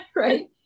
right